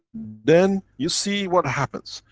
then you see what happens.